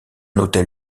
hôtel